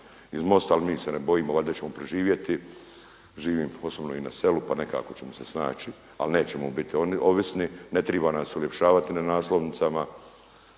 iz MOST-a. Ali mi se ne bojimo, valjda ćemo preživjeti. Živim osobno i na selu pa nekako ćemo se snaći, ali nećemo biti ovisni. Ne triba nas uljepšavati na naslovnicama